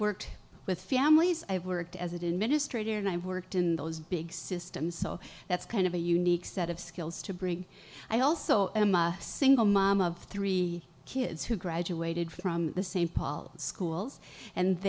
worked with families i've worked as it in ministry and i've worked in those big systems so that's kind of a unique set of skills to bring i also am a single mom of three kids who graduated from the same paul schools and